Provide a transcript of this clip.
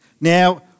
Now